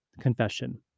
Confession